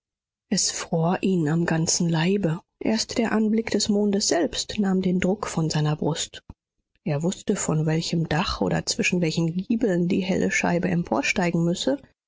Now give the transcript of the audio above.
es fror ihn am ganzen leibe erst der anblick des mondes selbst nahm den druck von seiner brust er wußte von welchem dach oder zwischen welchen giebeln die helle scheibe emporsteigen müsse